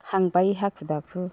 खांबाय हाखु दाखु